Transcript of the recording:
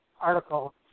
article